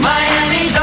Miami